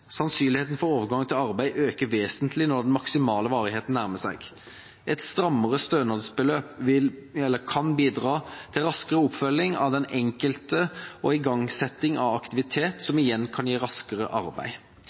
Sannsynligheten for overgang til arbeid øker vesentlig når den maksimale varigheten nærmer seg. Et strammere stønadsbeløp kan bidra til raskere oppfølging av den enkelte og igangsetting av aktivitet, som igjen kan gi raskere arbeid.